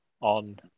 on